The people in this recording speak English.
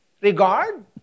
regard